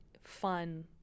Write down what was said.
fun